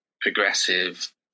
progressive